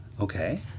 Okay